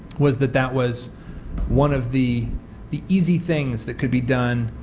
was that that was one of the the easy things that could be done,